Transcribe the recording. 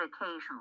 occasionally